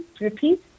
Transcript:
repeat